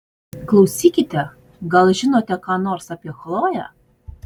klausykite gal žinote ką nors apie chloję